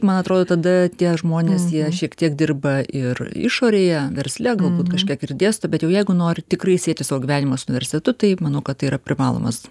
man atrodo tada tie žmonės jie šiek tiek dirba ir išorėje versle galbūt kažkiek ir dėsto bet jau jeigu nori tikrai sieti savo gyvenimą su universitetu tai manau kad tai yra privalomas